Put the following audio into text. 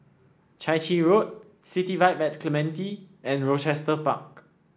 Chai Chee Road City Vibe and Clementi and Rochester Park